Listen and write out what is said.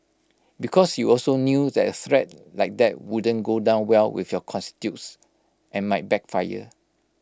because you also knew that A threat like that wouldn't go down well with your constituents and might backfire